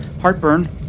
Heartburn